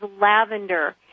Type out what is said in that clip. lavender